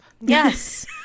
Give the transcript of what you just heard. Yes